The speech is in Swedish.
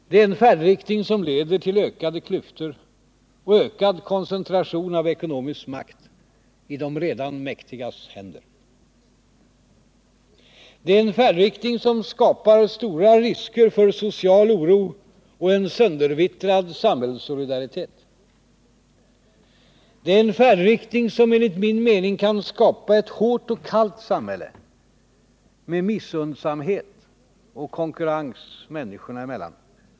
Det är en färdriktning som leder till ökade klyftor och ökad koncentration av ekonomisk makt i de redan mäktigas händer. Det är en färdriktning som skapar stora risker för social oro och en söndervittrad samhällssolidaritet. Det är en färdriktning som enligt min mening kan skapa ett hårt och kallt samhälle med missunnsamhet och konkurrens människor emellan.